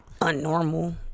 unnormal